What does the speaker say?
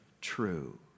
true